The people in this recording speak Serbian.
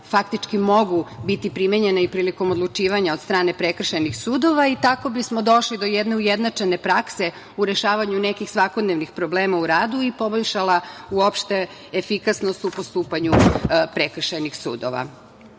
faktički mogu biti primenjena i prilikom odlučivanja od strane prekršajnih sudova i tako bismo došli do jedne ujednačene prakse u rešavanju nekih svakodnevnih problema u radu i poboljšala bi se uopšte efikasnost u postupanju prekršajnih sudova. Kako